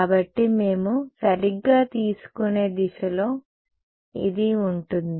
కాబట్టి మేము సరిగ్గా తీసుకునే దిశలో ఇది ఉంటుంది